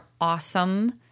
awesome